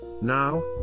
Now